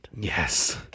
Yes